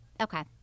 okay